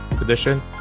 Edition